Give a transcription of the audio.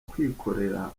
kwikorera